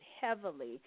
heavily